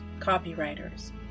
copywriters